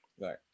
right